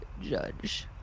judge